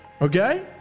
okay